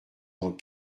dans